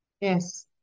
Yes